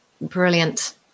brilliant